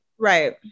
right